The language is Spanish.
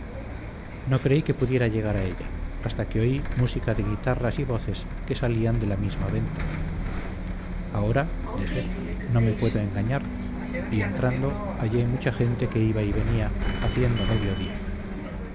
no creí que pudiera llegar a ella hasta que oí música de guitarras y voces que salían de la misma venta ahora dije no me puedo engañar y entrando hallé mucha gente que iba y venía haciendo medio día